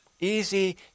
Easy